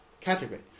category